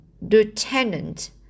Lieutenant